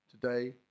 Today